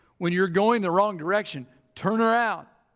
when you're going the wrong direction turn around.